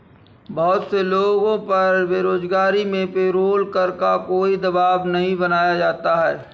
बहुत से लोगों पर बेरोजगारी में पेरोल कर का कोई दवाब नहीं बनाया जाता है